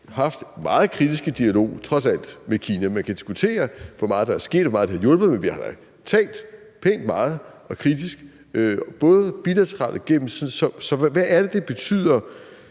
også haft en meget kritisk dialog med Kina. Man kan diskutere, hvor meget der er sket, og hvor meget det har hjulpet, men vi har da talt pænt meget og kritisk om det, også bilateralt. Så hvad er det, det betyder,